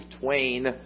twain